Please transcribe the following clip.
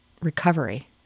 recovery